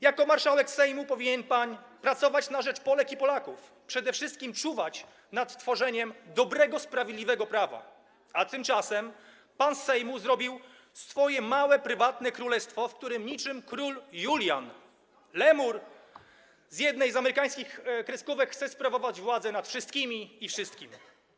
Jako marszałek Sejmu powinien pan pracować na rzecz Polek i Polaków, przede wszystkim czuwać nad tworzeniem dobrego, sprawiedliwego prawa, a tymczasem pan z Sejmu zrobił swoje małe, prywatne królestwo, w którym niczym król Julian, lemur z jednej z amerykańskich kreskówek, chce sprawować władzę nad wszystkimi i wszystkim.